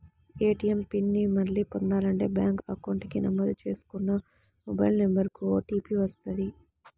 ATM PIN ని మళ్ళీ పొందాలంటే బ్యేంకు అకౌంట్ కి నమోదు చేసుకున్న మొబైల్ నెంబర్ కు ఓటీపీ వస్తది